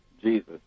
Jesus